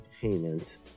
payments